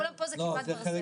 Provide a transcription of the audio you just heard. כולם פה זה כיפת ברזל.